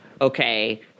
okay